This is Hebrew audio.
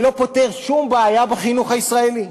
שלא פותר שום בעיה בחינוך הישראלי.